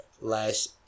last